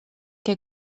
què